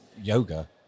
yoga